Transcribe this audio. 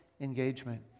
engagement